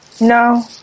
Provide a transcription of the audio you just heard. No